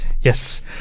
Yes